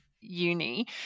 uni